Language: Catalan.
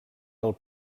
del